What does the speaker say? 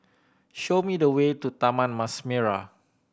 show me the way to Taman Mas Merah